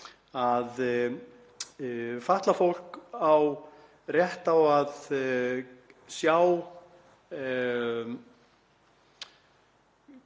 að fatlað fólk á rétt á að sjá